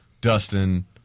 Dustin